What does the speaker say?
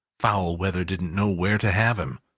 foul weather didn't know where to have him.